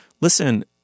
listen—